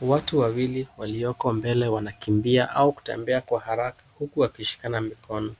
Watu wawili walioko mbele wanakimbia au kutembea kwa haraka huku wakishikana mikono.